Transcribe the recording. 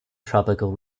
tropical